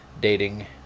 dating